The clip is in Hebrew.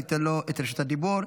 אני אתן לו את רשות הדיבור.